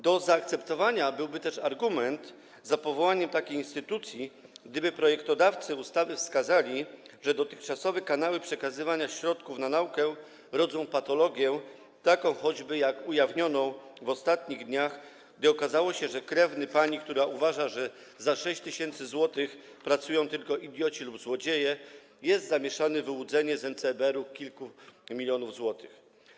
Do zaakceptowania byłby też argument za powołaniem takiej instytucji, gdyby projektodawcy ustawy wskazali, że dotychczasowe kanały przekazywania środków na naukę rodzą takie patologie, jak choćby ta ujawniona w ostatnich dniach, gdy okazało się, że krewny pani, która uważa, że za 6 tys. zł pracują tylko idioci lub złodzieje, jest zamieszany w wyłudzenie z NCBR kilku milionów zł.